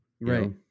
right